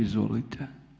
Izvolite.